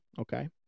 okay